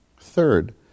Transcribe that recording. Third